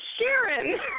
Sharon